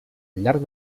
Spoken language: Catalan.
llarg